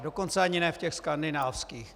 Dokonce ani ne ve skandinávských.